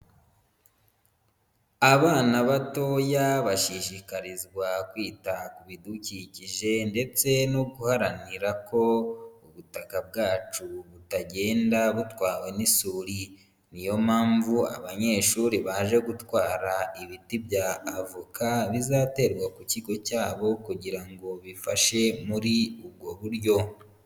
Abana batoya bashishikarizwa kwita ku bidukikije ndetse no guharanira ko ubutaka bwacu butagenda butwawe n'isuri, niyo mpamvu abanyeshuri baje gutwara ibiti by'avoka bizaterwa ku kigo cyabo kugira ngo bifashe muri ubwo buryo.